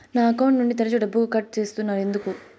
నా అకౌంట్ నుండి తరచు డబ్బుకు కట్ సేస్తున్నారు ఎందుకు